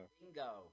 Bingo